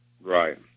Right